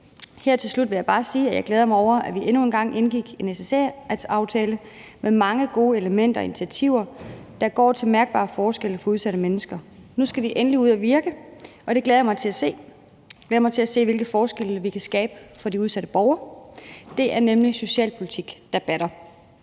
Her til slut vil jeg bare sige, at jeg glæder mig over, at vi endnu en gang indgik en SSA-aftale med mange gode elementer og initiativer, der skal skabe mærkbare forskelle for udsatte mennesker. Nu skal de endelig ud at virke, og det glæder jeg mig til at se. Jeg glæder mig til at se, hvilke forskelle de kan skabe for de udsatte borgere. Det er nemlig socialpolitik, der batter.